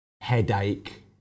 headache